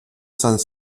cent